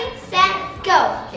set, go.